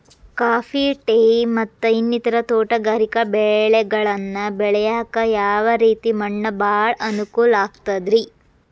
Coffee, tea, ಮತ್ತ ಇನ್ನಿತರ ತೋಟಗಾರಿಕಾ ಬೆಳೆಗಳನ್ನ ಬೆಳೆಯಾಕ ಯಾವ ರೇತಿ ಮಣ್ಣ ಭಾಳ ಅನುಕೂಲ ಆಕ್ತದ್ರಿ?